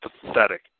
pathetic